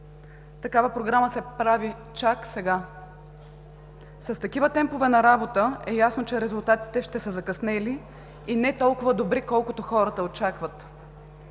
Такава програма се прави чак сега. С такива темпове на работа е ясно, че резултатите ще са закъснели и не толкова добри, колкото хората очакват.